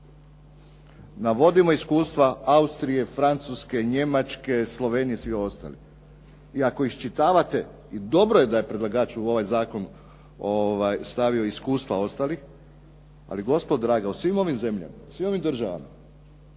Navodimo iskustva Austrije, Francuske, Njemačke, Slovenije i svih ostalih. I ako iščitavate i dobro je da da je predlagač u ovaj zakon stavio iskustva ostalih. Ali gospodo draga, u svim ovim zemljama, u svim ovim državama